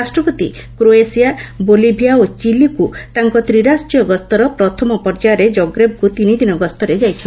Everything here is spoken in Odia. ରାଷ୍ଟ୍ରପତି କ୍ରୋଏସିଆ ବୋଲିଭିଆ ଓ ଚିଲିକ୍ ତାଙ୍କ ତ୍ରିରାଷ୍ଟ୍ରୀୟ ଗସ୍ତର ପ୍ରଥମ ପର୍ଯ୍ୟାୟରେ ଜଗ୍ରେବକୁ ତିନିଦିନ ଗସ୍ତରେ ଯାଇଛନ୍ତି